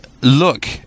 look